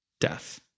death